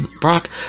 Brock